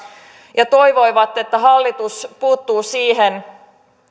ja toivoivat että hallitus puuttuu siihen